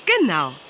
Genau